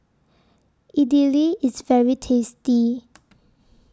Idili IS very tasty